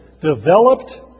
developed